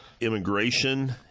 immigration